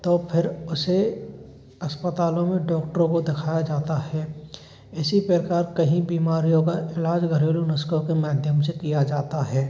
तो फिर उसे अस्पतालों में डॉक्टरों को दिखाया जाता है इसी प्रकार कहीं बीमारियों का इलाज घरेलू नुस्खों के माध्यम से किया जाता है